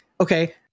Okay